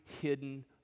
hidden